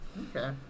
Okay